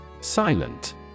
Silent